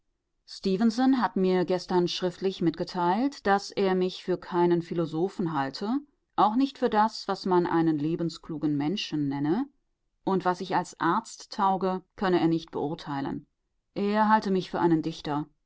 hat mir gestern schriftlich mitgeteilt daß er mich für keinen philosophen halte auch nicht für das was man einen lebensklugen menschen nenne und was ich als arzt tauge könne er nicht beurteilen er halte mich für einen dichter